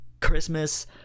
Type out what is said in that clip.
Christmas